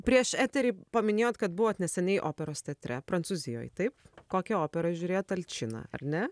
prieš eterį paminėjot kad buvot neseniai operos teatre prancūzijoj taip kokią operą žiūrėjot alčiną ar ne